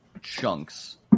chunks